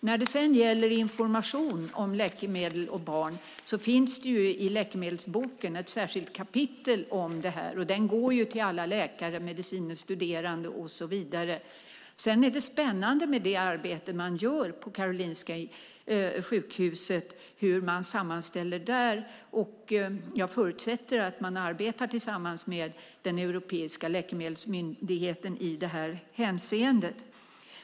När det sedan gäller information om läkemedel och barn finns det i Läkemedelsboken ett särskilt kapitel om detta. Den får alla läkare, medicine studerande och så vidare. Det arbete som görs på Karolinska Sjukhuset med sammanställningar är spännande. Jag förutsätter att man arbetar tillsammans med den europeiska läkemedelsmyndigheten i detta hänseende.